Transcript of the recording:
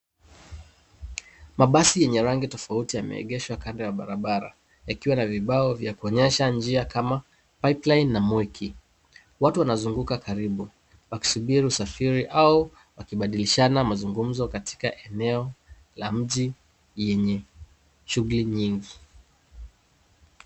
Mabasi yenye rangi tofauti yameegeshwa kando ya barabara, yakiwa na vibao vya kuonyesha njia kama Pipeline na Mweki. Watu wanazunguka karibu, wakisubiri usafiri au wakibadilishana mazungumzo katika eneo la mji lenye shughuli nyingi.